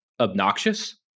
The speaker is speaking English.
obnoxious